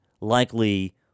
likely